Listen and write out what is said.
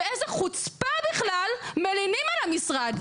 באיזו חוצפה בכלל מלינים על המשרד?